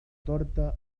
torta